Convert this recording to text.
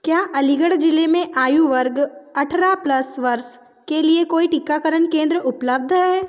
क्या अलीगढ़ ज़िले में आयु वर्ग अठारह प्लस वर्ष के लिए कोई टीकाकरण केंद्र उपलब्ध हैं